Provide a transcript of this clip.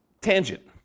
tangent